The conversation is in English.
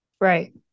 right